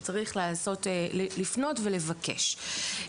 שצריך לפנות ולבקש,